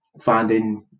finding